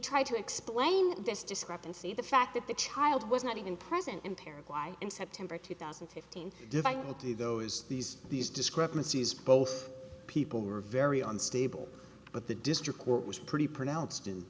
tried to explain this discrepancy the fact that the child was not even present in paris why in september two thousand and fifteen difficulty though is these these discrepancies both people were very unstable but the district court was pretty pronounced in